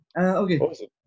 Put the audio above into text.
okay